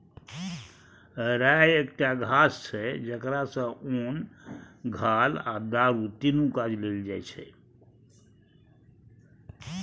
राइ एकटा घास छै जकरा सँ ओन, घाल आ दारु तीनु काज लेल जाइ छै